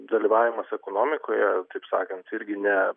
dalyvavimas ekonomikoje taip sakant irgi ne